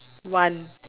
one